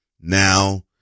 Now